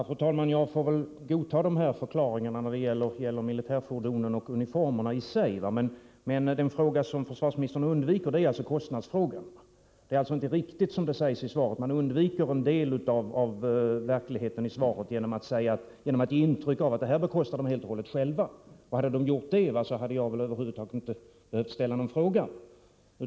Fru talman! Jag får väl godta de här förklaringarna när det gäller militärfordonen och uniformerna, men försvarsministern undviker att svara på frågan om kostnaderna. Det är inte riktigt som det sägs i svaret. Försvarsministern undviker i svaret en del av verkligheten genom att ge intryck av att deltagarna själva helt och hållet har stått för sina kostnader. Hade de gjort det, hade jag över huvud taget inte behövt ställa någon fråga.